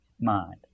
mind